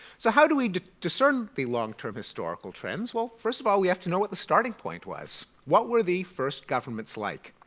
so how do we discern the long-term historical trends? well first of all we have to know what the starting point was. what were the first governments like?